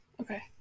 Okay